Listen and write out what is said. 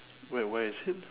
wait what is it